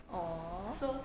!aww!